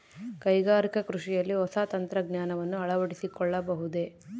ಕೈಗಾರಿಕಾ ಕೃಷಿಯಲ್ಲಿ ಹೊಸ ತಂತ್ರಜ್ಞಾನವನ್ನ ಅಳವಡಿಸಿಕೊಳ್ಳಬಹುದೇ?